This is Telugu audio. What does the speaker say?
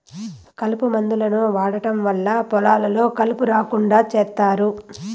కలుపు మందులను వాడటం వల్ల పొలాల్లో కలుపు రాకుండా చేత్తారు